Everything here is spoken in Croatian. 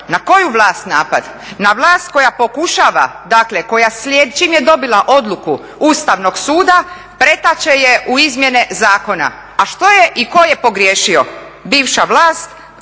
Na koju vlast napad? Na vlast koja pokušava, dakle čim je dobila odluku Ustavnog suda pretače je u izmjene zakona. A što je i ko je pogriješio? Bivša vlast